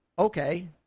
Okay